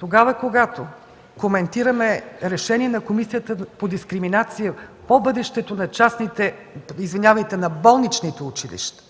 попитам: когато коментираме решение на Комисията по дискриминация по бъдещето на болничните училища,